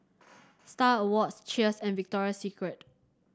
Star Awards Cheers and Victoria Secret